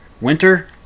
winter